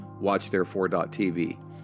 watchtherefore.tv